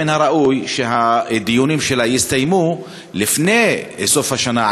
מן הראוי היה שהדיונים שלה יסתיימו לפני סוף השנה,